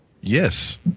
Yes